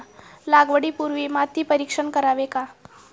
लागवडी पूर्वी माती परीक्षण करावे का?